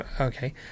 Okay